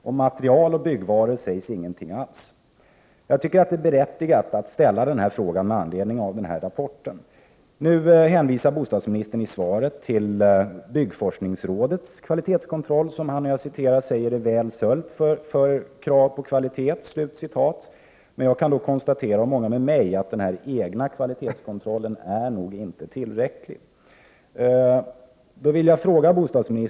Om material och byggvaror skrivs det ingenting alls. Jag tycker att det är berättigat att ställa min fråga med anledning av rapporten. Nu hänvisar bostadsministern i svaret till byggforskningsrådets kvalitetskontroll. I svaret står det ”att det är väl sörjt” beträffande kvaliteten, men jag kan då konstatera, och många med mig, att den egna kvalitetskontrollen nog inte är tillräcklig.